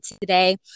today